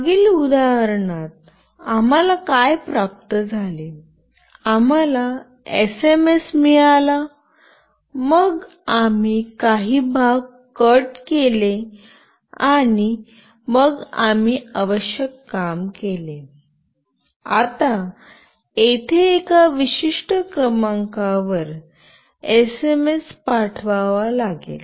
मागील उदाहरणात आम्हाला काय प्राप्त झाले आम्हाला एसएमएस मिळाला मग आम्ही काही भाग कट केले आणि मग आम्ही आवश्यक काम केले आता येथे एका विशिष्ट क्रमांकावर एसएमएस पाठवावा लागेल